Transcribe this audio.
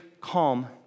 calm